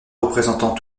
représentants